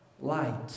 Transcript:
light